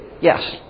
Yes